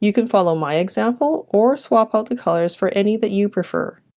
you can follow my example or swap out the colors for any that you prefer